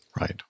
Right